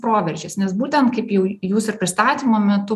proveržis nes būtent kaip jau jūs ir pristatymo metu